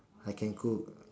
I can cook